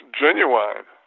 genuine